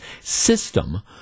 system